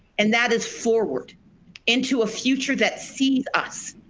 and that is forward into a future that sees us,